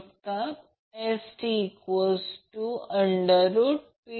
त्याचप्रमाणे √ 2 साठी ते 60 √ 3 240 0